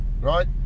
Right